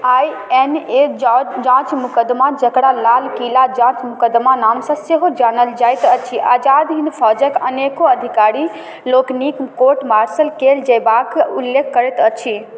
I N A जाज जाँच मोकदमा जकरा लाल किला जाँच मोकदमा नामसँ सेहो जानल जाइत अछि आजाद हिन्द फौजके अनेको अधिकारी लोकनिके कोर्ट मार्शल कएल जएबाक उल्लेख करैत अछि